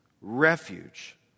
refuge